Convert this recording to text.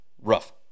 rough